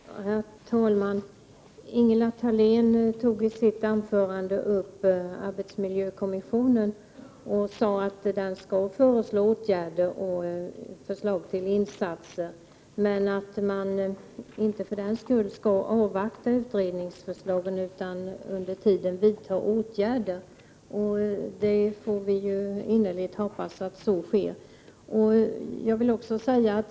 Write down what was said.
Herr talman! Ingela Thalén togii sitt anförande upp arbetsmiljökommissionen. Hon sade att den skall föreslå åtgärder, men att man inte för den skull skall avvakta utredningsförslagen utan under tiden skall vidta åtgärder. Vi får innerligt hoppas att så sker.